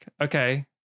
Okay